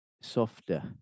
softer